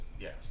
Yes